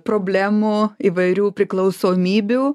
problemų įvairių priklausomybių